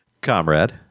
comrade